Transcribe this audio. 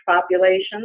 populations